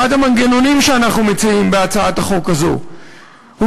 אחד המנגנונים שאנחנו מציעים בהצעת החוק הזאת הוא